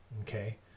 okay